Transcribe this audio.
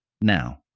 now